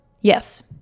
Yes